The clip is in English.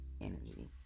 energy